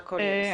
הכול בסדר.